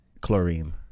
Chlorine